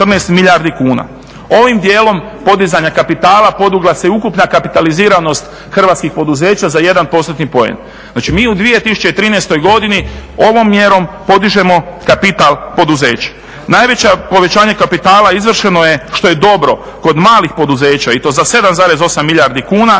Ovim dijelom podizanja kapitala podigla se ukupna kapitaliziranost hrvatskih poduzeća za 1 postotni poen. Znači mi u 2013. godini ovom mjerom podižemo kapital poduzeća. Najveće povećanje kapitala izvršeno je, što je dobro, kod malih poduzeća i to za 7,8 milijardi kuna